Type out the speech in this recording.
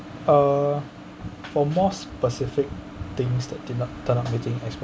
uh for more specific things that did not turn out meeting